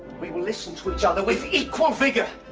we will listen to each other with equal vigor.